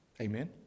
Amen